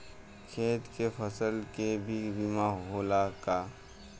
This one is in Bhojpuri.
खेत के फसल के भी बीमा होला का?